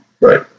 Right